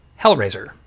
Hellraiser